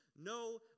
No